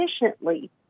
efficiently